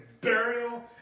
burial